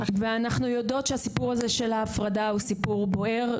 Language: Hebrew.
ואנחנו יודעות שהסיפור הזה של ההפרדה הוא סיפור בוער,